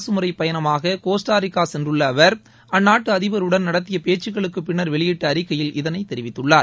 அரசு முறைப் பயணமாக கோஸ்டாரிகா சென்றுள்ள அவர் அந்நாட்டு அதிபருடன் நடத்திய பேச்சுகளுக்கு பின்னர் வெளியிட்ட அறிக்கையில் இதனை தெரிவித்துள்ளார்